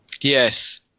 yes